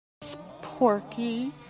Porky